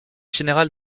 général